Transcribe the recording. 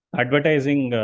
advertising